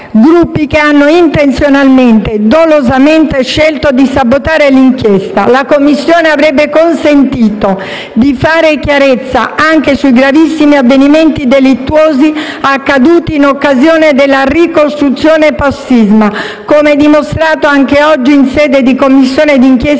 Gruppi che hanno intenzionalmente e dolosamente scelto di sabotare l'inchiesta. La Commissione avrebbe consentito di fare chiarezza anche sui gravissimi avvenimenti delittuosi accaduti in occasione della ricostruzione post sisma, come dimostrato anche oggi in sede di Commissione d'inchiesta